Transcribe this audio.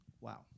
Wow